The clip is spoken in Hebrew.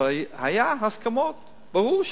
אבל היו הסכמות, ברור שהיו.